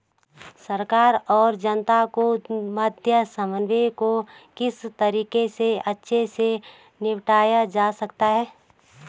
सरकार और जनता के मध्य समन्वय को किस तरीके से अच्छे से निपटाया जा सकता है?